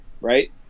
right